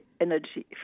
energy